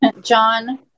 John